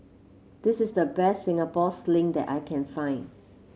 this is the best Singapore Sling that I can find